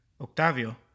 Octavio